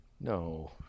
No